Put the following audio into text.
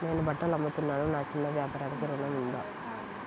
నేను బట్టలు అమ్ముతున్నాను, నా చిన్న వ్యాపారానికి ఋణం ఉందా?